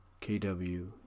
KW